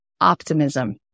optimism